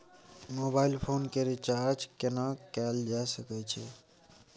Mobile phone के recharge केना कैल जा सकै छै?